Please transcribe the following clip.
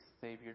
Savior